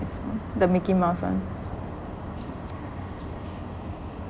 it's the mickey mouse [one]